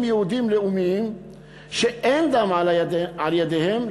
יהודים לאומיים שאין דם על ידיהם,